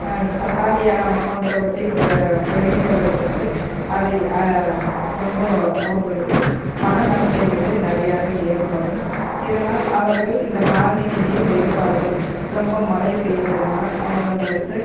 தக்காளியாக போன்றவற்றை ப பயிரிட்டவர்களுக்கு அதை ரொம்ப அவர்களுக்கு பண நஷ்டயீடு நிறையாக ஏற்படும் இதனால் அவர்கள் இந்த காலநிலையை வெறுப்பார்கள் ரொம்ப மழைபெய்வதனால் அவங்களுக்கு